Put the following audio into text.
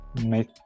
make